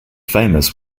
famous